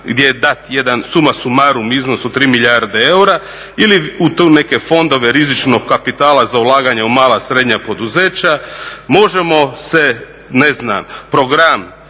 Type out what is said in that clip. gdje je dat jedan suma sumarum iznos od 3 milijarde eura ili u tu neke fondove rizičnog kapitala za ulaganje u mala, srednja poduzeća. Možemo se ne znam program